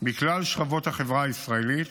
מכלל שכבות החברה הישראלית.